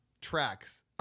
tracks